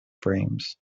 frames